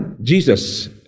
jesus